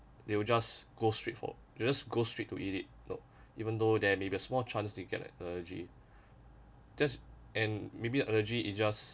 they will just go straight for they will just go straight to eat it look even though there may be a small chance to get allergy just and maybe allergy is just